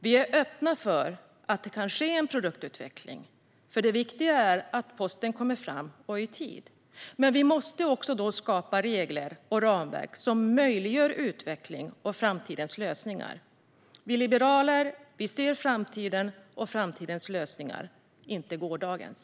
Vi är öppna för att det kan ske en produktutveckling, för det viktiga är att posten kommer fram och i tid. Men då måste vi också skapa regler och ramverk som möjliggör utveckling och framtidens lösningar. Vi liberaler ser framtiden och framtidens lösningar, inte gårdagens.